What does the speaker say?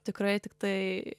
tikroje tiktai